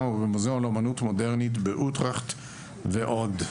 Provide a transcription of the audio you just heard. ומוזיאון אומנות מודרנית באוטרכט ועוד.